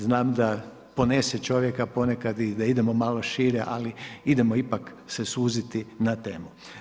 Znam da ponese čovjeka ponekad i da idemo malo šire ali idemo ipak se suziti na temu.